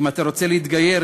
אם אתה רוצה להתגייר,